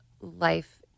life